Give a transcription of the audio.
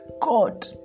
God